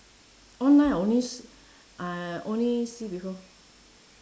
online I only s~ I only see before